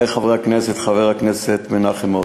חברי חברי הכנסת, חבר הכנסת מנחם מוזס,